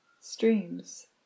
streams